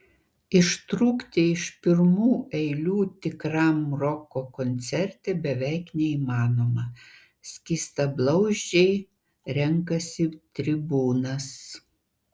ištrūkti iš pirmų eilių tikram roko koncerte beveik neįmanoma skystablauzdžiai renkasi tribūnas